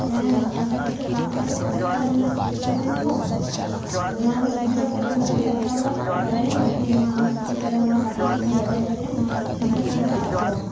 ᱦᱮᱸ ᱚᱱᱟ ᱠᱟᱨᱰ ᱨᱮᱫᱚ ᱯᱟᱸᱪ ᱞᱟᱠᱷ ᱠᱟᱛᱮ ᱛᱤᱠᱤᱥᱟ ᱨᱮᱱᱟᱜ ᱯᱚᱭᱥᱟ ᱧᱟᱢᱚᱜ ᱟ ᱛᱚ ᱚᱱᱟ ᱨᱮᱱᱟᱜ ᱥᱩᱵᱤᱛᱟ ᱠᱤ ᱟᱯᱮ ᱞᱟᱦᱟ ᱨᱮᱯᱮ ᱦᱟᱛᱟᱣ ᱵᱟᱲᱟ ᱟᱠᱟᱫ ᱜᱮᱭᱟ ᱵᱟᱲᱟᱭᱟᱢ ᱟᱨᱠᱤ ᱟᱢᱟᱜ ᱱᱚᱣᱟ ᱛᱤᱠᱤᱥᱟ ᱨᱮ ᱱᱚᱣᱟ ᱠᱟᱨᱰ ᱠᱚ ᱪᱮᱫ ᱞᱮᱠᱟᱢ ᱵᱮᱵᱚᱦᱟᱨ ᱫᱟᱲᱮᱭᱟᱜ ᱱᱚᱣᱟ ᱥᱩᱵᱤᱫᱟ ᱠᱚᱢ ᱵᱟᱲᱟᱭᱟ ᱥᱮ ᱵᱟᱝ